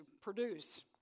produce